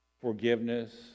forgiveness